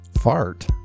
Fart